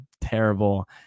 terrible